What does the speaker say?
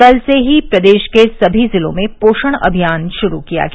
कल से ही प्रदेश सभी जिलों में पोषण अभियान शुरू किया गया